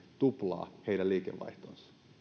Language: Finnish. tuplaa heidän liikevaihtonsa